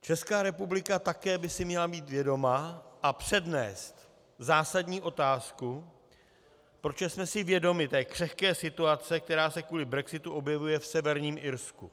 Česká republika také by si měla být vědoma a přednést zásadní otázku, protože jsme si vědomi té křehké situace, která se kvůli brexitu objevuje v Severním Irsku.